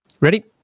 Ready